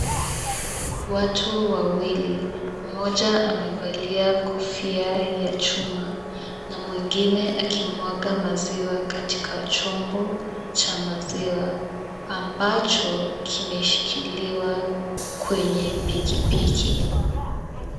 Watu wawili, mmoja amevalia kofia ya chuma na mwingine akimwaga maziwa katika chombo cha maziwa, ambacho kimeshikiliwa kwenye pikipiki.